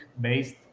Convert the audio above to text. based